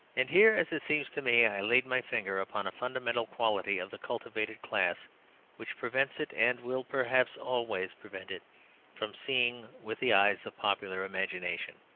and here, as it seems to me, i laid my finger upon a fundamental quality of the cultivated class which prevents it, and will, perhaps, always prevent it from seeing with the eyes of popular imagination.